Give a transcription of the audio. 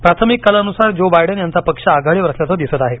प्राथमिक कलानुसार Joe Biden यांचा पक्ष आघाडीवर असल्याचं दिसत आहे